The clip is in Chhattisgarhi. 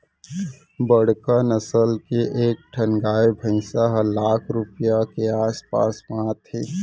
बड़का नसल के एक ठन गाय भईंस ह लाख रूपया के आस पास म आथे